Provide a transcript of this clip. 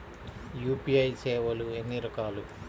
UPI సేవలు ఎన్నిరకాలు?